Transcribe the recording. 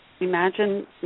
imagine